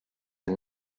and